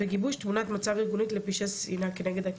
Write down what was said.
וגיבוש תמונת מצב ארגונית לפשעי שנאה כנגד הקהילה.